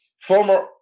Former